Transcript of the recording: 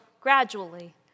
gradually